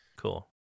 Cool